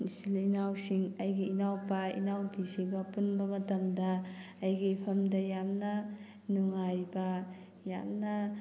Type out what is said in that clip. ꯏꯆꯤꯜ ꯏꯅꯥꯎꯁꯤꯡ ꯑꯩꯒꯤ ꯏꯅꯥꯎꯄꯥ ꯏꯅꯥꯎꯄꯤꯁꯤꯒ ꯄꯨꯟꯕ ꯃꯇꯝꯗ ꯑꯩꯒꯤ ꯏꯐꯝꯗ ꯌꯥꯝꯅ ꯅꯨꯡꯉꯥꯏꯕ ꯌꯥꯝꯅ